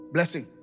Blessing